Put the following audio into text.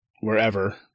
wherever